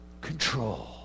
control